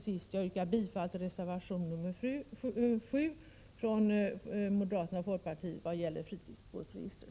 Jag yrkar bifall till reservation nr 7 från folkpartiet och moderaterna i vad gäller fritidsbåtsregistret.